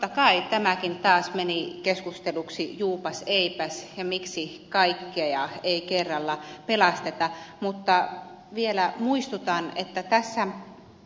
totta kai tämäkin taas meni keskusteluksi juupaseipäs ja miksi kaikkea ei kerralla pelasteta mutta vielä muistutan että tässä